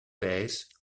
based